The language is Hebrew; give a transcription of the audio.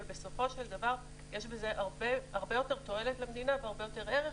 אבל בסופו של דבר יש בזה הרבה יותר תועלת למדינה והרבה יותר ערך,